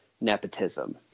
nepotism